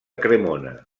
cremona